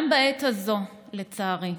גם בעת הזו, לצערי,